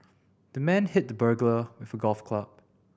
the man hit the burglar with a golf club